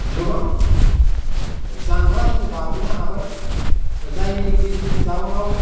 गोबां जांख्ला जों बारबोनो हाबाय जायनि जाउनाव